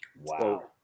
wow